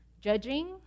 judging